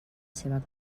seva